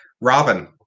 robin